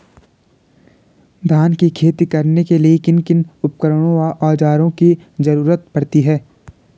धान की खेती करने के लिए किन किन उपकरणों व औज़ारों की जरूरत पड़ती है?